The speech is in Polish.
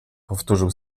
powtórzył